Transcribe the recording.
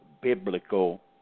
biblical